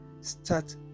Start